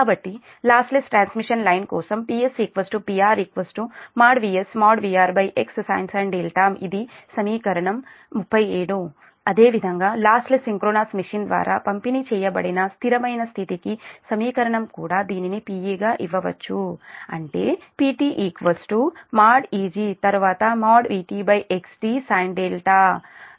కాబట్టి lossless transmission line కోసం PS PR VS|VR|x sin ఇది సమీకరణం 37 అదే విధంగా లాస్లెస్ సింక్రోనస్ మెషిన్ ద్వారా పంపిణీ చేయబడిన స్థిరమైన స్థితి శక్తి కి సమీకరణం కూడా దీనిని Pe గా ఇవ్వవచ్చు అంటే Pt then Eg then |Vt|xd sin గా ఇవ్వవచ్చు